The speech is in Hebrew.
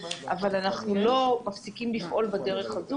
אבל אנחנו לא מפסיקים לפעול בדרך הזו,